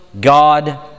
God